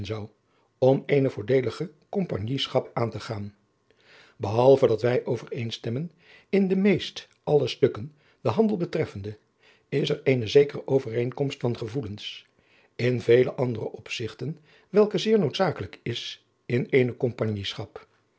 om eene voordeelige kompagnieschap aan te gaan behalve dat wij overeenstemmen in meest alle stukken den handel betreffende is er eene zekere overeenkomst van gevoelens in vele andere opzigten welke zeer noodzakelijk is in eene